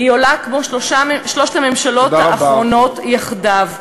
היא עולה כמו שלוש הממשלות האחרונות יחדיו.